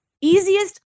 easiest